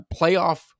playoff